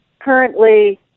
currently